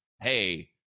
hey